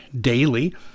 daily